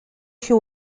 się